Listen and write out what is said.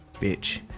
Bitch